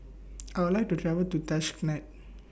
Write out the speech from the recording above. I'd like to travel to Tashkent